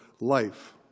life